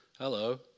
Hello